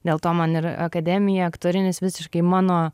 dėl to man ir akademija aktorinis visiškai mano